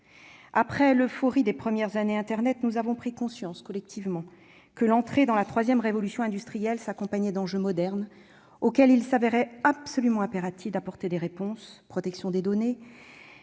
Après l'euphorie des premières années internet, nous avons collectivement pris conscience que l'entrée dans la « troisième révolution industrielle » s'accompagnait d'enjeux auxquels il s'avérait absolument impératif d'apporter des réponses : protection des données,